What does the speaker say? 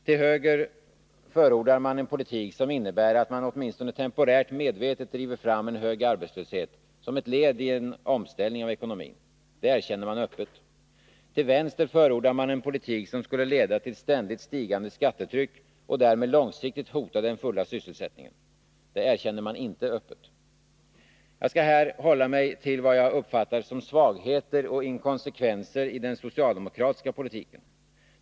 Till höger förordar man en politik, som innebär att man åtminstone temporärt medvetet driver fram en hög arbetslöshet som ett led i en omställning av ekonomin. Det erkänner man öppet. Till vänster förordar man en politik, som skulle leda till ständigt stigande skattetryck och därmed långsiktigt hota den fulla sysselsättningen. Det erkänner man inte öppet. Jag skall här hålla mig till vad jag uppfattar som svagheter och inkonsekvenser i den socialdemokratiska politiken.